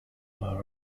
were